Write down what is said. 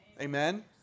Amen